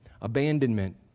abandonment